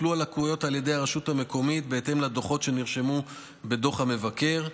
טופלו הליקויים על ידי הרשות המקומית בהתאם לדוחות שנרשמו בדוח המבקר.